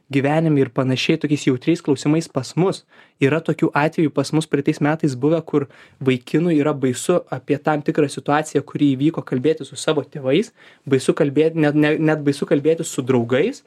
gyvenime ir panašiai tokiais jautriais klausimais pas mus yra tokių atvejų pas mus praeitais metais buvę kur vaikinui yra baisu apie tam tikrą situaciją kuri įvyko kalbėtis su savo tėvais baisu kalbėt ne ne net baisu kalbėti su draugais